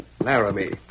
Laramie